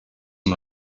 him